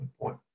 point